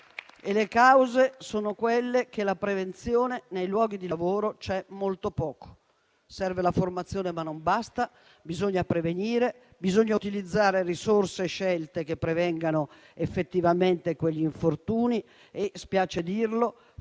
che stanno nel fatto che di prevenzione nei luoghi di lavoro ce n'è molto poca. Serve la formazione, ma non basta: bisogna prevenire, bisogna utilizzare risorse scelte che prevengano effettivamente quegli infortuni e - spiace dirlo